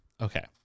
Okay